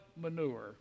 manure